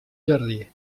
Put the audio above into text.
jardí